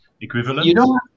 equivalent